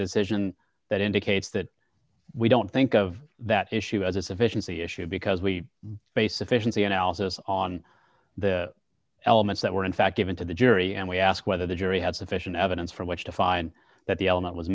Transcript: decision that indicates that we don't think of that issue as its efficiency issue because we face efficiency analysis on the elements that were in fact given to the jury and we ask whether the jury had sufficient evidence from which to find that the element was